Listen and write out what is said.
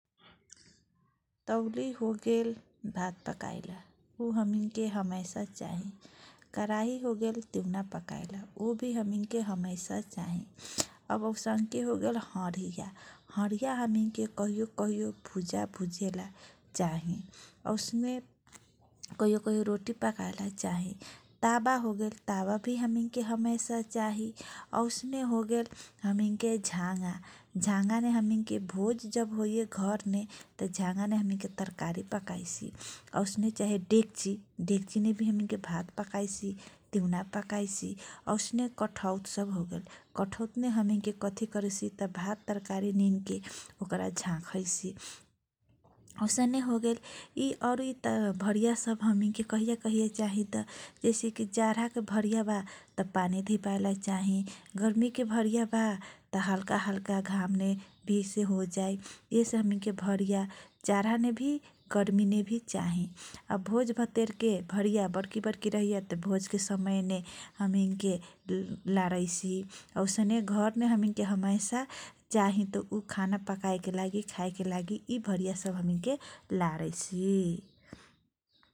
तौली होगेल भात पकाएला ऊ हमीनके हमेशा चाहि, कराही होगेल तिउना पकाएला, ऊ भि हमिनके हमेशा चाहि अब औसनके हरिँया, हरिँया कहियो कहियो भुजा भुजेला चाहि । औसने कहियो कहियो रोटी पकाएला तावा भी हमीनके हमेशा चाही, औसने होगेल, झाँङा, झाँङा होगेल हमीनके भोजभतेर ने तरकारी पकाएला औसने चाहि डेकची, डकचीने भी हमीनके भात पकाइछि, तिउना पकाइछि, औसने कठौट सब होगेल, कठौट ने हमीनके कथी करैछि त, भात तरकारी निनके ओकरा झाकैछि । औसने होगेल औरु भरिया सब हमीन के कहिया कहिया चाहि तँ, जैसे कि जाराके भरिया बा त पानी धिपाएला चाहि, गर्मीके भरिया बा त हल्का हल्का घामने धिपएला से भि होजाइ । हमीनके भरिया जारा ने भि, गर्मीने भि चाहि, या भोजभत्तेर के भरिया बर्की बर्की रहैए, भोजके समयने हमैनके लारैछि औसने घरने हमीनके हमेशा चाहि त ऊ खाना पकाएके लागि, खाएके लागि यि भरिया सब लारैछि ।